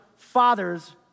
Fathers